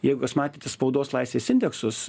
jeigu jūs matėte spaudos laisvės indeksus